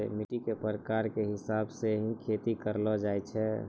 मिट्टी के प्रकार के हिसाब स हीं खेती करलो जाय छै